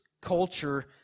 culture